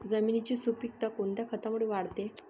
जमिनीची सुपिकता कोणत्या खतामुळे वाढते?